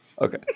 Okay